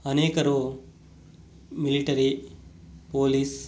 ಅನೇಕರು military police